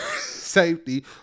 safety